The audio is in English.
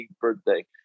birthday